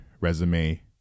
resume